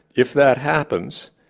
if that happens,